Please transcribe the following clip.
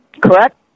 Correct